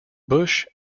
bush